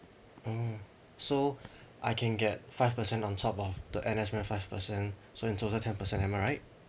mm so I can get five percent on top of the N_S men five percent so in total ten percent am I right